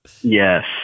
Yes